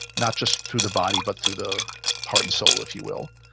not just through the body but through the heart and soul, if you will.